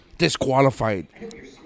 Disqualified